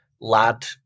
lad